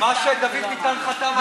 מה שדוד ביטן חתם עליו.